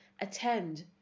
attend